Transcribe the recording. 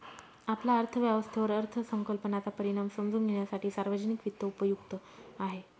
आपल्या अर्थव्यवस्थेवर अर्थसंकल्पाचा परिणाम समजून घेण्यासाठी सार्वजनिक वित्त उपयुक्त आहे